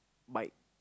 bike